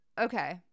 Okay